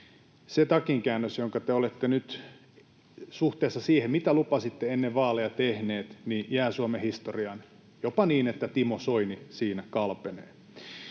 se takinkäännös, jonka te olette nyt tehnyt suhteessa siihen, mitä lupasitte ennen vaaleja tehdä, jää Suomen historiaan jopa niin, että Timo Soini siinä kalpenee.